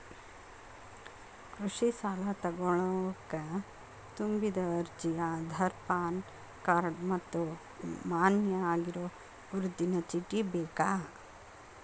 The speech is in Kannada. ಕೃಷಿ ಸಾಲಾ ತೊಗೋಣಕ ತುಂಬಿದ ಅರ್ಜಿ ಆಧಾರ್ ಪಾನ್ ಕಾರ್ಡ್ ಮತ್ತ ಮಾನ್ಯ ಆಗಿರೋ ಗುರುತಿನ ಚೇಟಿ ಬೇಕ